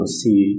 see